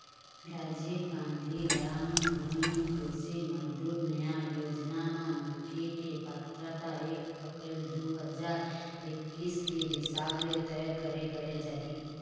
राजीव गांधी गरामीन भूमिहीन कृषि मजदूर न्याय योजना म मनखे के पात्रता एक अपरेल दू हजार एक्कीस के हिसाब ले तय करे करे जाही